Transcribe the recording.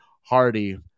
Hardy